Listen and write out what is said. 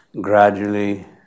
gradually